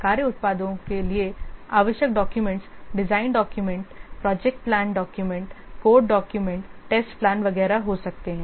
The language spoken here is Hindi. कार्य उत्पादों के लिए आवश्यक document design document project plan document code document test plan वगैरह हो सकते हैं